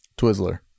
Twizzler